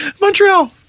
Montreal